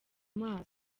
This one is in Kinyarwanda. amaso